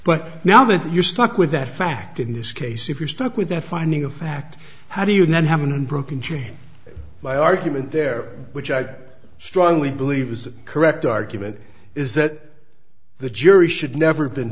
but now that you're stuck with that fact in this case if you're stuck with that finding of fact how do you not have an unbroken chain by argument there which i strongly believe was the correct argument is that the jury should never been